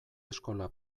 eskola